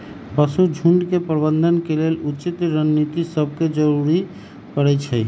पशु झुण्ड के प्रबंधन के लेल उचित रणनीति सभके जरूरी परै छइ